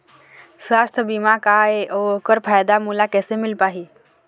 सुवास्थ बीमा का ए अउ ओकर फायदा मोला कैसे मिल पाही?